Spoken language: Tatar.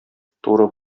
туры